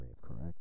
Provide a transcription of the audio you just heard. correct